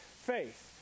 faith